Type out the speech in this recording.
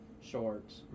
shorts